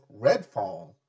Redfall